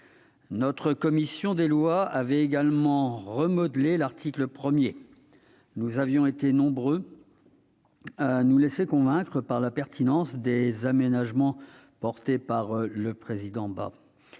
La commission des lois du Sénat avait également remodelé l'article 1. Nous avions été nombreux à nous laisser convaincre par la pertinence des aménagements présentés par le président Bas.